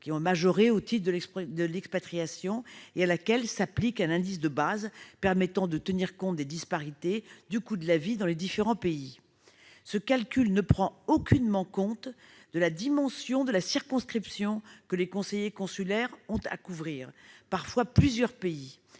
habitants, majorée au titre de l'expatriation, et à laquelle s'applique un indice de base permettant de tenir compte des disparités du coût de la vie dans les différents pays. Ce calcul ne prend cependant aucunement en compte la dimension de la circonscription que les conseillers consulaires ont à couvrir- parfois plusieurs pays